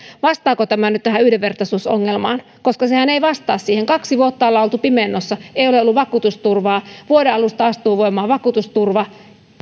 vastaako tämä nyt tähän yhdenvertaisuusongelmaan koska sehän ei vastaa siihen kaksi vuotta ollaan oltu pimennossa ei ole ollut vakuutusturvaa vuoden alusta astuu voimaan vakuutusturva